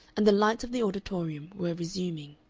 and the lights of the auditorium were resuming.